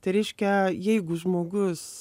tai reiškia jeigu žmogus